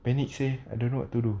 panic seh I don't know what to do